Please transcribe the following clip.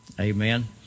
Amen